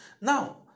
Now